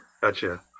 Gotcha